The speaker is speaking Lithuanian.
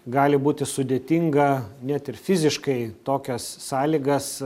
gali būti sudėtinga net ir fiziškai tokias sąlygas